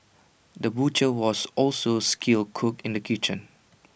the butcher was also A skilled cook in the kitchen